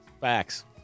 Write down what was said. Facts